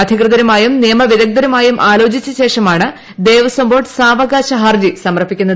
അധികൃതരുമായും നിയമവിദഗ്ധരുമായും ആലോചിച്ച ശേഷമാണ് ദേവസ്വം ബോർഡ് സാവകാശ ഹർജി സമർപ്പിക്കുന്നത്